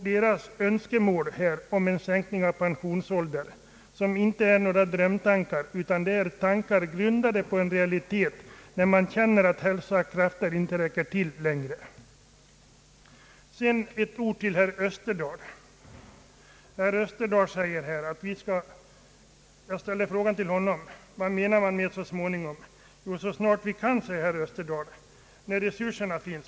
Deras önskemål om en sänkning av pensionsåldern är inte några drömtankar utan tankar grundade på den realiteten att man känner att hälsa och krafter inte räcker till längre. Sedan ett par ord till herr Österdahl. Jag ställde frågan till honom vad han menar med »så småningom». Jo, säger herr Österdahl, »så snart vi kan och när resurserna finns».